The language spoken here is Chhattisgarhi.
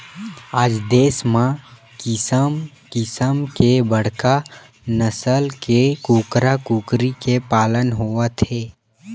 आज देस म किसम किसम के बड़का नसल के कूकरा कुकरी के पालन होवत हे